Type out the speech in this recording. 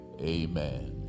Amen